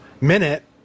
minute